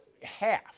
half